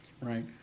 right